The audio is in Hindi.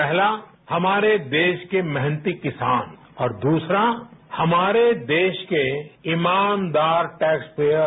पहलाहमारे देश के मेहनती किसान और दूसरा हमारे देश के ईमानदार टैक्सपेयर